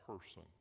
person